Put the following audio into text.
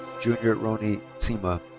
junior rony tima.